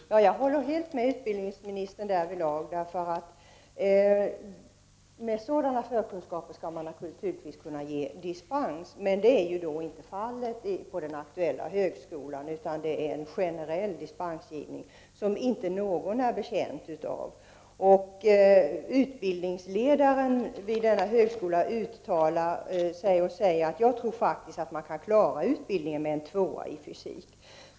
Herr talman! Jag håller helt med utbildningsministern därvidlag. Med sådana förkunskaper skall man naturligtvis kunna få dispens. Men detta är ju inte fallet på den aktuella högskolan, utan där är det fråga om en generell dispensgivning som inte någon är betjänt av. Utbildningsledaren vid denna högskola säger att han faktiskt tror att man kan klara av utbildningen med betyget två i fysik.